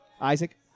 Isaac